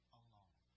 alone